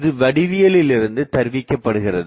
இது வடிவியலிலுருந்து தருவிக்கப்படுகிறது